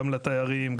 גם לתיירים,